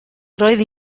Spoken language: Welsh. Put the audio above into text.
roedd